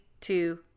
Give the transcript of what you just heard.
two